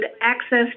access